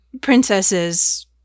princesses